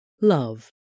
love